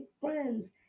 friends